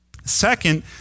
Second